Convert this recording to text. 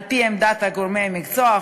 על-פי עמדת גורמי המקצוע,